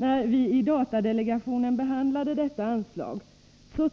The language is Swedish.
När vi i datadelegationen behandlade det nu aktuella anslaget